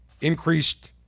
increased